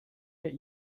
get